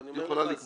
אבל אני אומר לך,